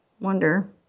wonder